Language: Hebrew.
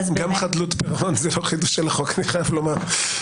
גם חדלות פירעון זה לא חידוש של החוק, חייב לומר.